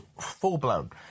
full-blown